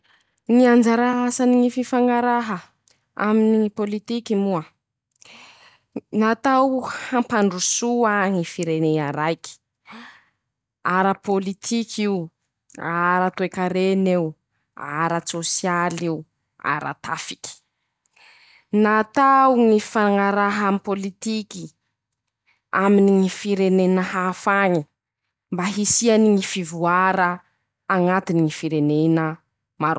Ñy anjara asany ñy fifañaraha, aminy ñy pôlitiky moa: -Natao hampandrosoa ñy firenena raiky, ara-pôlitik'io, ara-toekaren'eo, ara-tsôsial'io, ara-tafiky, natao ñy fañaraham-pôlitiky, aminy ñy firenena haf'añe, mba hisiany ñy fivoara añatiny ñy firenena.